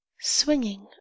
swinging